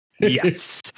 Yes